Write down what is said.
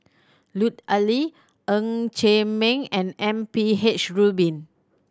Lut Ali Ng Chee Meng and M P H Rubin